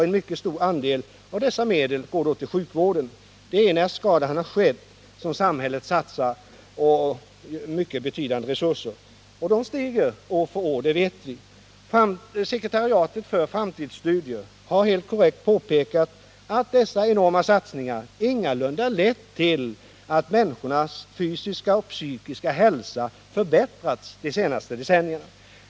En mycket stor andel av dessa medel går till sjukvård. När skadan väl är skedd satsar samhället sålunda mycket betydande resurser. Dessa stiger från år till år. Sekretariatet för framtidsstudier har helt korrekt påpekat att dessa enorma satsningar ingalunda lett till att människornas fysiska och psykiska hälsa förbättrats de senaste decennierna.